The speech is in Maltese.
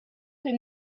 prim